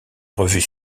revues